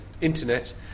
internet